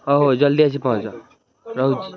ହଉ ଜଲ୍ଦି ଆସି ପହଞ୍ଚ ରହୁଛି